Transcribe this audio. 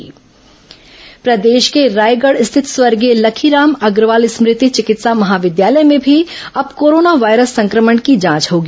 corona जांच सुविधा प्रदेश के रायगढ़ स्थित स्वर्गीय लखीराम अग्रवाल स्मृति चिकित्सा महाविद्यालय में भी अब कोरोना वायरस संक्रमण की जांच होगी